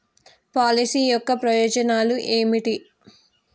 Policy యొక్క ప్రయోజనాలు ఏమిటి?